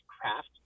craft